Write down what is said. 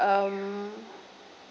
um